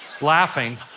laughing